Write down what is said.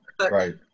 right